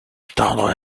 attendre